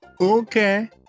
Okay